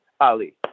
Ali